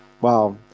Wow